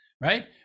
right